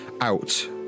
out